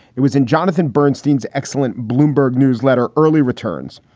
it was in jonathan bernstein's excellent bloomberg newsletter, early returns,